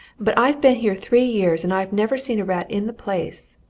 but i've been here three years and i've never seen a rat in the place.